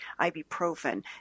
ibuprofen